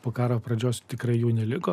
po karo pradžios tikrai jų neliko